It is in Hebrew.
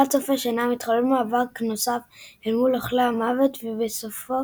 לקראת סוף השנה מתחולל מאבק נוסף אל מול אוכלי המוות ובסופו